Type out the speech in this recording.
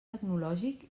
tecnològic